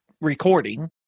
recording